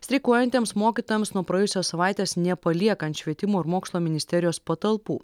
streikuojantiems mokytojams nuo praėjusios savaitės nepaliekant švietimo ir mokslo ministerijos patalpų